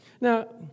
Now